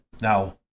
Now